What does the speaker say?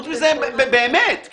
באמת.